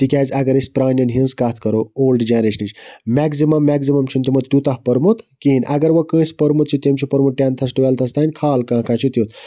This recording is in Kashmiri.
تکیازِ اگر أسۍ پرانٮ۪ن ہٕنٛز کتھ کرو اولڑ جَنریشنٕچ میگزِمَم میٚگزِمَم چھُ نہٕ تِمو تیوٗتاہ پوٚرمُت کِہیٖنۍ اگر وَ کٲنٛسہِ پوٚرمُت چھُ تٔمۍ چھ پوٚرمُت ٹیٚنتھَس ٹُویٚلتھَس تانۍ خال کانٛہہ کانٛہہ چھُ تیُتھ